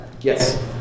yes